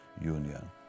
union